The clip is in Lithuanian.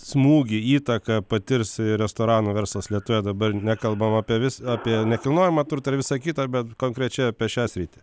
smūgį įtaką patirs ir restoranų verslas lietuvoje dabar nekalbam apie vis apie nekilnojamą turtą ir visa kita bet konkrečiai apie šią sritį